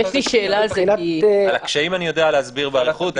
את הקשיים אני יודע להסביר באריכות.